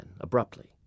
abruptly